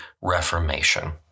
Reformation